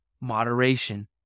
moderation